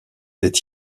est